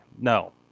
No